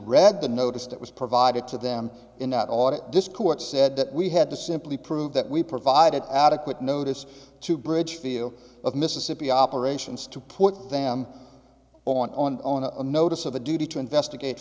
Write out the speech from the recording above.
read the noticed it was provided to them in that audit this court said that we had to simply prove that we provided adequate notice to bridge feel of mississippi operations to put them on a notice of a duty to investigate